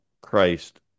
Christ